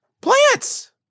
plants